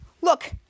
Look